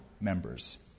members